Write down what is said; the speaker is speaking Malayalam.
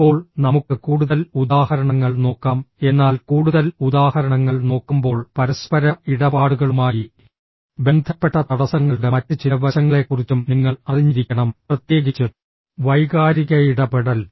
ഇപ്പോൾ നമുക്ക് കൂടുതൽ ഉദാഹരണങ്ങൾ നോക്കാം എന്നാൽ കൂടുതൽ ഉദാഹരണങ്ങൾ നോക്കുമ്പോൾ പരസ്പര ഇടപാടുകളുമായി ബന്ധപ്പെട്ട തടസ്സങ്ങളുടെ മറ്റ് ചില വശങ്ങളെക്കുറിച്ചും നിങ്ങൾ അറിഞ്ഞിരിക്കണം പ്രത്യേകിച്ച് വൈകാരിക ഇടപെടൽ